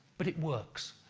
but it works.